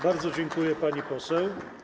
Bardzo dziękuję, pani poseł.